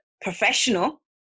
professional